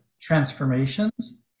transformations